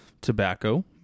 tobacco